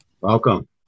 Welcome